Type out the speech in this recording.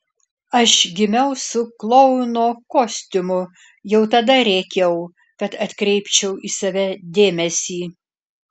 aš gimiau su klouno kostiumu jau tada rėkiau kad atkreipčiau į save dėmesį